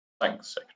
Thanks